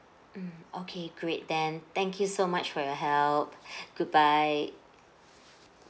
mm okay great then thank you so much for your help goodbye